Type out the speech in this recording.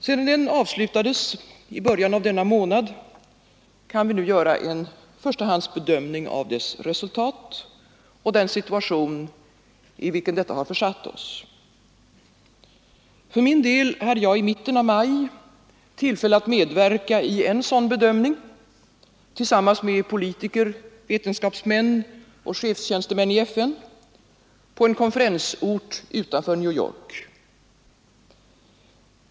Sedan den avslutats i början av denna månad, kan vi nu göra en förstahandsbedömning av dess resultat och den situation i vilken detta har försatt oss. För min del hade jag i mitten av maj tillfälle att medverka i en sådan bedömning tillsammans med politiker, vetenskapsmän och chefstjänstemän i FN på en konferensort utanför New York.